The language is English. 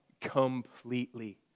completely